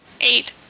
Eight